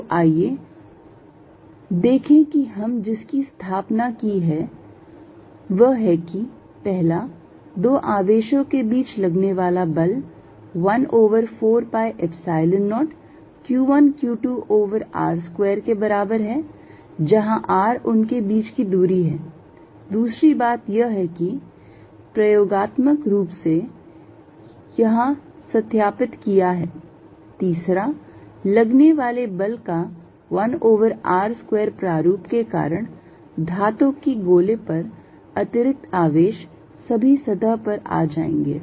तो आइए देखें कि हमने जिसकी स्थापना की है वह है कि पहला दो आवेशों के बीच लगने वाला बल 1 over 4 pi Epsilon 0 q 1 q 2 over r square के बराबर है जहां r उनके बीच की दूरी है दूसरी बात यह है कि प्रायोगिक रूप से यहां सत्यापित किया है तीसरा लगने वाले बल का 1 over r square प्रारूप के कारण धातु के गोले पर अतिरिक्त आवेश सभी सतह पर आ जाएंगे